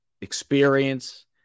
experience